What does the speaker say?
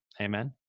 Amen